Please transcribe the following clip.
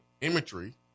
imagery